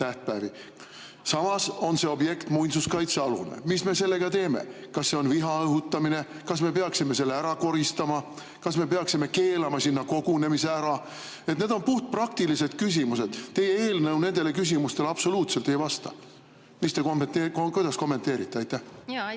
tähtpäevi. Samas on see objekt muinsuskaitsealune. Mis me sellega teeme? Kas see on viha õhutamine? Kas me peaksime selle ära koristama? Kas me peaksime keelama sinna kogunemise ära? Need on puhtpraktilised küsimused. Teie eelnõu nendele küsimustele absoluutselt ei vasta. Kuidas kommenteerite? Aitäh!